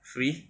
free